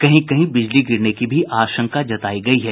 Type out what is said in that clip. कहीं कहीं बिजली गिरने की भी आशंका जतायी गयी है